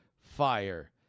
fire